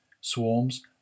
swarms